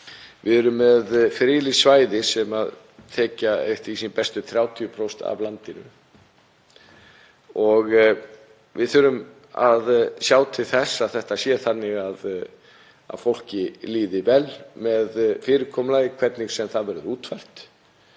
Við erum með friðlýst svæði sem þekja eftir því sem ég best veit 30% af landinu. Við þurfum að sjá til þess að þetta sé þannig að fólki líði vel með fyrirkomulagið, hvernig sem það verður útfært